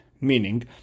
Meaning